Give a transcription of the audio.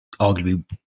arguably